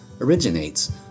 originates